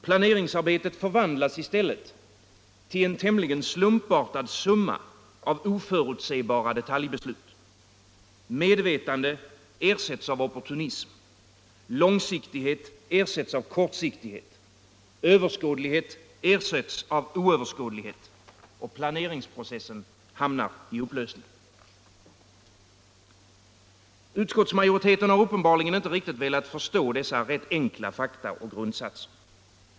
Planeringsarbetet förvandlas i stället till en tämligen slumpartad summa av oförutsebara detaljbeslut. Medvetande ersätts av opportunism. Långsiktighet ersätts av kortsiktighet. Överskådlighet ersätts av oöverskådlighet. Planeringsprocessen hamnar i upplösning. Utskottsmajoriteten har uppenbarligen inte velat förstå dessa rätt enkla fakta och grundsatser.